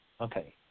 Okay